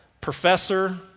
professor